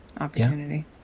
opportunity